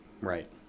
Right